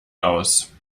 aus